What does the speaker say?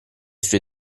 suoi